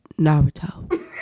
Naruto